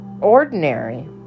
ordinary